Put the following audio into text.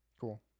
Cool